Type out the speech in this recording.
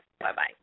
Bye-bye